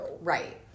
Right